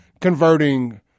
Converting